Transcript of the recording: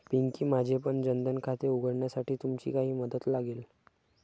पिंकी, माझेपण जन धन खाते उघडण्यासाठी तुमची काही मदत लागेल